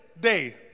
day